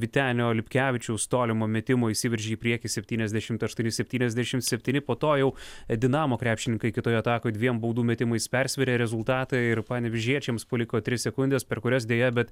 vytenio lipkevičiaus tolimo metimo išsiveržė į priekį septyniasdešimt aštuoni septyniasdešimt septyni po to jau dinamo krepšininkai kitoje atakoje dviem baudų metimais persvėrė rezultatą ir panevėžiečiams paliko tris sekundes per kurias deja bet